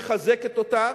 מחזקת אותה,